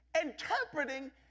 interpreting